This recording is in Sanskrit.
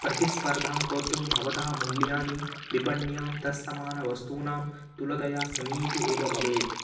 प्रतिस्पर्धां कर्तुं भवतः मूल्यानि विपण्यां तत्समानवस्तूनां तुलतया समीपे एव भवेत्